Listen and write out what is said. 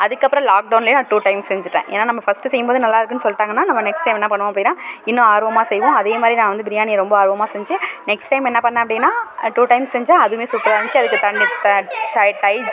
அதுக்கு அப்புறம் லாக் டவுன்லையும் நான் டூ டைம்ஸ் செஞ்சிவிட்டேன் ஏன்னா நம்ம ஃபர்ஸ்டு செய்யும் போது நல்லா இருக்குன்னு சொல்டாங்கன்னா நம்ம நெக்ஸ்டு என்ன பண்ணணும் அப்படினா இன்னம் ஆர்வமாக செய்வோம் அதேமாதிரி நான் வந்து பிரியாணியை ரொம்ப ஆர்வமாக செஞ்சேன் நெக்ஸ்டைம் என்னா பண்ணேன் அப்படினா டூ டைம்ஸ் செஞ்சேன் அதுமே சூப்பராக இருச்சி அதுக்கு